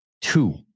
Two